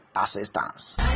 assistance